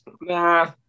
Nah